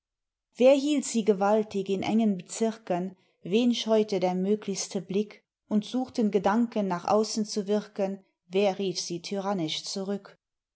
wer hielt sie gewaltig in engen bezirken wen scheute der möglichste blick und suchten gedanken nach außen zu wirken wer rief sie tyrannisch zurück